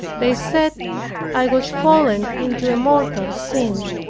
they said i was fallen into a mortal sin.